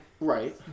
Right